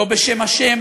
לא בשם השם,